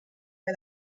que